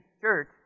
church